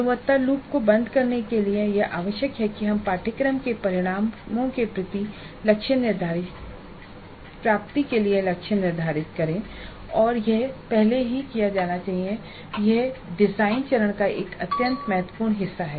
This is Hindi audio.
गुणवत्ता लूप को बंद करने के लिए यह आवश्यक है कि हम पाठ्यक्रम के परिणामों के लिए प्राप्ति लक्ष्य निर्धारित करे और यह पहले से ही किया जाना चाहिए और यह डिजाइन चरण का एक अत्यंत महत्वपूर्ण हिस्सा है